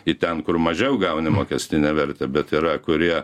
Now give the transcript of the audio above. į ten kur mažiau gauni mokestinę vertę bet yra kurie